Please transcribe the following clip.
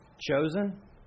chosen